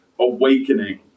awakening